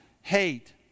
hate